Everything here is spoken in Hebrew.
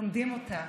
לומדים אותה,